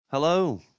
Hello